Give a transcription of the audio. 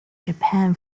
japan